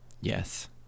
Yes